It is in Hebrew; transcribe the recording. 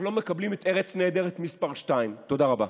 לא מקבלים את ארץ נהדרת מס' 2. תודה רבה.